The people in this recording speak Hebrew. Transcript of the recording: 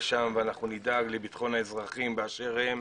שם ואנחנו נדאג לביטחון האזרחים באשר הם.